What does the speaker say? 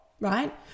right